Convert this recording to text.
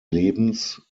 lebens